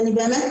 באמת,